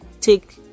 take